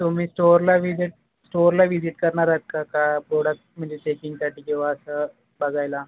तुम्ही स्टोअरला विजीट स्टोअरला व्हिजीट करणार आहात का का प्रोडक्ट म्हणजे चेकिंगसाटी किंवा असं बघायला